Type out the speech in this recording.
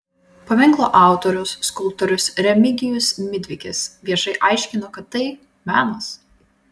paminklo autorius skulptorius remigijus midvikis viešai aiškino kad tai menas